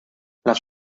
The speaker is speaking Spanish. las